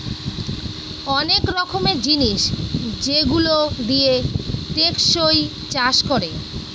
অনেক রকমের জিনিস যেগুলো দিয়ে টেকসই চাষ করে